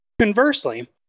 Conversely